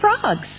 frogs